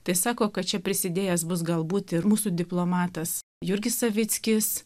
tai sako kad čia prisidėjęs bus galbūt ir mūsų diplomatas jurgis savickis